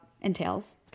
entails